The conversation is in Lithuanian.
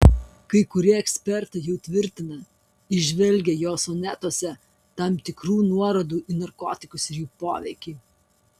kai kurie ekspertai jau tvirtina įžvelgią jo sonetuose tam tikrų nuorodų į narkotikus ir jų poveikį